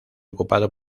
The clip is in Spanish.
ocupado